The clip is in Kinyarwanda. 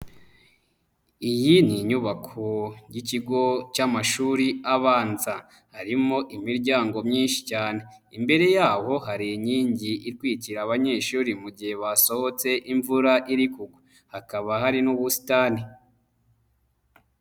Iyi ni inyubako y'ikigo cy'amashuri abanza. Harimo imiryango myinshi cyane. Imbere yaho hari inkingi itwikira abanyeshuri mu gihe basohotse imvura iri kugwa, hakaba hari n'ubusitani.